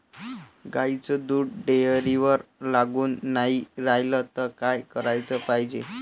गाईचं दूध डेअरीवर लागून नाई रायलं त का कराच पायजे?